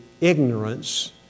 ignorance